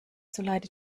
zuleide